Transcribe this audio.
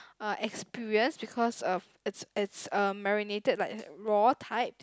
uh experience because of it's it's um marinated like raw type